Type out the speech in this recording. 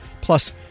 Plus